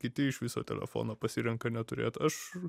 kiti iš viso telefoną pasirenka neturėt aš